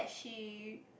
she